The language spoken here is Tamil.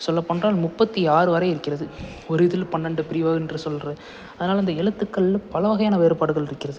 சொல்லப் போன்றால் முப்பத்தி ஆறு வரை இருக்கிறது ஒரு இதில் பன்னெண்டு பிரிவு என்று சொல்கிற அதனால் அந்த எழுத்துக்கள் பலவகையான வேறுபாடுகள் இருக்கிறது